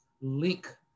link